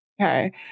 Okay